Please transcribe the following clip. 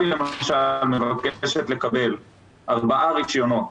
אם אין לכם תאריך זה הופך את העניין ללא חשוב,